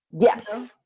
Yes